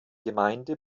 gemeinde